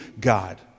God